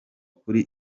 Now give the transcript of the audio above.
kuri